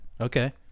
Okay